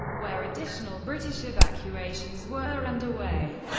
where additional british evacuations were underway.